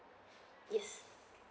yes